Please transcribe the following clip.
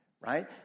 Right